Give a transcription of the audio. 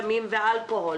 סמים ואלכוהול